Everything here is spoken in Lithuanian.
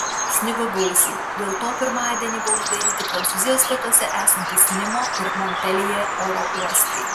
snigo gausiai dėl to pirmadienį buvo uždaryti prancūzijos pietuose esantys nimo ir monpeljė oro uostai